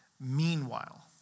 meanwhile